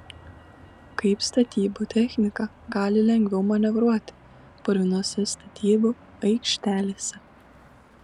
kaip statybų technika gali lengviau manevruoti purvinose statybų aikštelėse